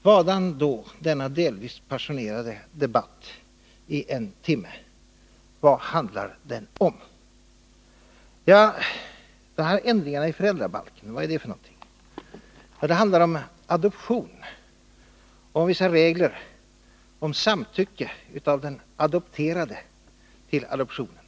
Vadan då denna delvis passionerade debatt i en timme? Vad handlar den om? Dessa ändringar i föräldrabalken handlar om adoption, om vissa regler om samtycke av den adopterade till adoptionen.